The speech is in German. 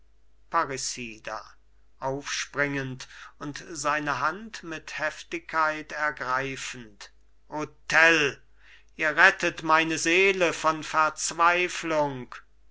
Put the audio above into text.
und seine hand mit heftigkeit ergreifend o tell ihr rettet meine seele von verzweiflung